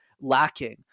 lacking